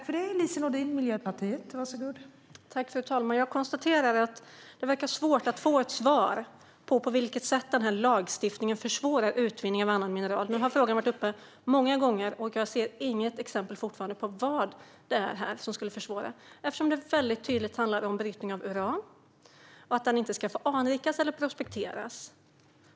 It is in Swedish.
Fru talman! Det verkar svårt att få ett svar på frågan på vilket sätt den här lagstiftningen försvårar utvinningen av andra mineraler. Nu har frågan varit uppe många gånger, och jag ser fortfarande inget exempel på vad det är som skulle försvåra. Det handlar väldigt tydligt om brytning av uran, som inte ska få anrikas eller prospekteras.